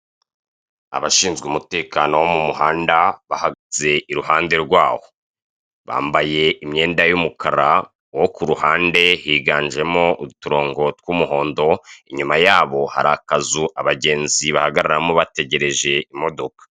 Abashinzwe umutekano wo mu muhanda bahagaze iruhande rwawo, bambaye imyenda y'umukara, uwo ku ruhande higanjemo uturongo tw'umuhondo. Inyuma yabo hari akazu abagenzi bahagararamo bategereje imodoka.